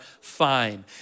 fine